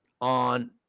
on